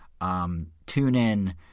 TuneIn